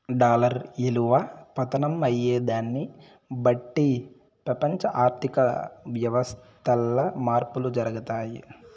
dollar ఇలువ పతనం అయ్యేదాన్ని బట్టి పెపంచ ఆర్థిక వ్యవస్థల్ల మార్పులు జరగతాయి